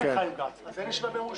אז אין ישיבה ביום ראשון?